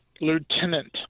lieutenant